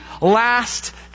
last